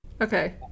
Okay